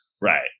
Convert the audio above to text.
Right